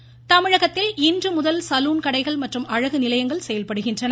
salon தமிழகத்தில் இன்றுமுதல் salon கடைகள் மற்றும் அழகு நிலையங்கள் செயல்படுகின்றன